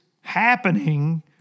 happening